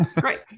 Great